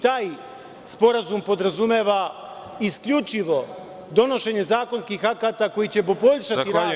Taj sporazum podrazumeva isključivo donošenje zakonskih akata koji će poboljšati rad Vlade.